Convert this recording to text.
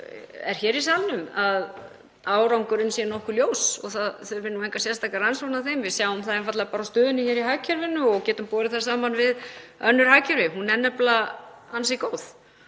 er hér í salnum, að árangurinn sé nokkuð ljós og það þurfi engar sérstakar rannsóknir á þeim. Við sjáum það einfaldlega á stöðunni í hagkerfinu og getum borið hana saman við önnur hagkerfi. Hún er nefnilega ansi góð.